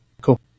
Cool